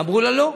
ואמרו לה לא.